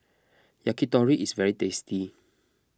Yakitori is very tasty